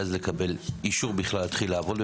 ואז לקבל אישור כדי להתחיל לעבוד.